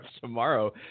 tomorrow